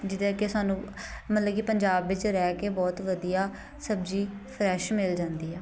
ਜਿੱਦਾਂ ਕਿ ਸਾਨੂੰ ਮਤਲਬ ਕਿ ਪੰਜਾਬ ਵਿੱਚ ਰਹਿ ਕੇ ਬਹੁਤ ਵਧੀਆ ਸਬਜ਼ੀ ਫਰੈੱਸ਼ ਮਿਲ ਜਾਂਦੀ ਆ